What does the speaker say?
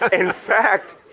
in fact,